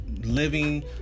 living